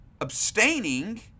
abstaining